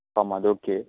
Samaj okay